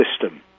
system